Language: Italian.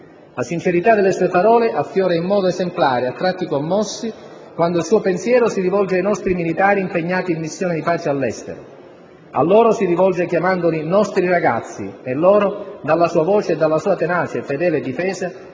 La sincerità delle sue parole affiora in modo esemplare, a tratti commossi, quando il suo pensiero si rivolge ai nostri militari impegnati in missioni di pace all'estero. A loro si rivolge chiamandoli "nostri ragazzi" e loro, dalla sua voce e dalla sua tenace, fedele difesa,